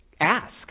ask